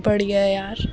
بڑیا یار